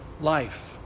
life